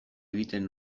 egiten